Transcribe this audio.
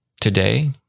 Today